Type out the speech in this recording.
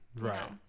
Right